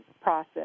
process